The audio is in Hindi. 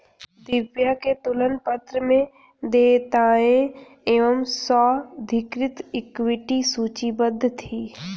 दिव्या के तुलन पत्र में देयताएं एवं स्वाधिकृत इक्विटी सूचीबद्ध थी